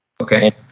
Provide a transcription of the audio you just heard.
Okay